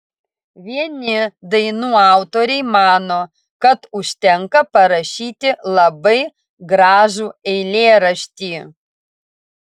vieni dainų autoriai mano kad užtenka parašyti labai gražų eilėraštį